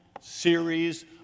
series